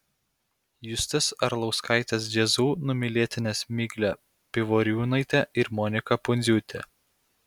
justės arlauskaitės jazzu numylėtinės miglė pivoriūnaitė ir monika pundziūtė